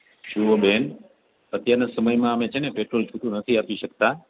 જુવો બેન અત્યારના સમયમાં અમે છે ને પેટ્રોલ છૂટું નથી આપી શકતા